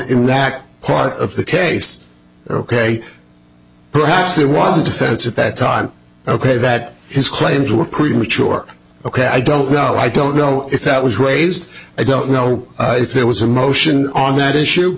in that part of the case ok perhaps there was a defense at that time ok that his claims were premature ok i don't know i don't know if that was raised i don't know if there was a motion on that issue